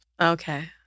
Okay